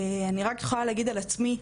אני רק יכולה להגיד על עצמי,